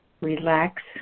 relax